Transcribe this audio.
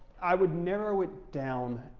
i would narrow it down,